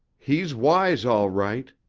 he's wise, all right,